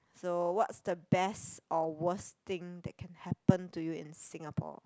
so what's the best or worst thing that can happen to you in Singapore